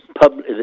public